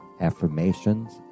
affirmations